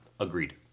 Agreed